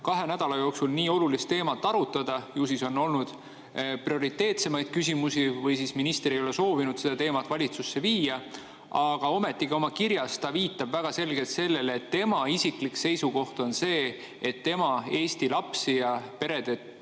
kahe nädala jooksul nii olulist teemat arutada, ju siis on olnud prioriteetsemaid küsimusi või siis minister ei ole soovinud seda teemat valitsusse viia. Aga ometigi oma kirjas ta viitab väga selgelt sellele, et tema isiklik seisukoht on see, et tema Eesti lapsi ja perede